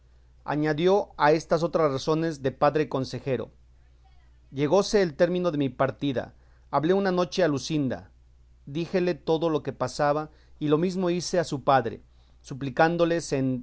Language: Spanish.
añadió a éstas otras razones de padre consejero llegóse el término de mi partida hablé una noche a luscinda díjele todo lo que pasaba y lo mesmo hice a su padre suplicándole se